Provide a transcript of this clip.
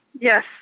Yes